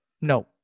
No